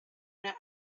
una